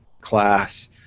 class